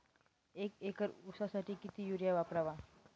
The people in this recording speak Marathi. एक एकर ऊसासाठी किती युरिया वापरावा?